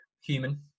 human